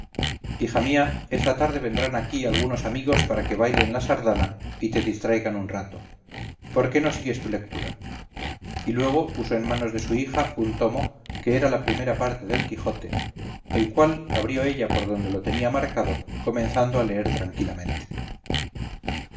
hija mía esta tarde vendrán aquí algunos amigos para que bailen la sardana y te distraigan un rato por qué no sigues tu lectura y luego puso en manos de su hija un tomo que era la primera parte del quijote el cual abrió ella por donde lo tenía marcado comenzando a leer tranquilamente